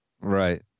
right